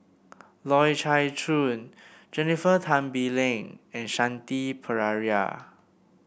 Loy Chye Chuan Jennifer Tan Bee Leng and Shanti Pereira